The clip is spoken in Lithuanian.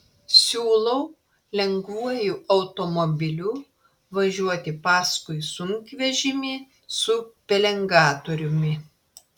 siūlau lengvuoju automobiliu važiuoti paskui sunkvežimį su pelengatoriumi